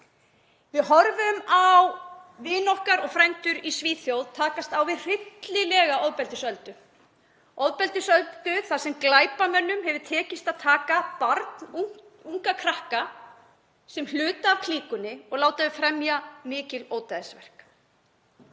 Við horfum á vini okkar og frændur í Svíþjóð takast á við hryllilega ofbeldisöldu þar sem glæpamönnum hefur tekist að gera barnunga krakka hluta af klíkunni og láta þau fremja mikil ódæðisverk.